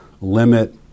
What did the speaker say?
limit